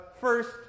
first